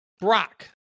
Brock